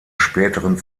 späteren